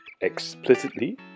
explicitly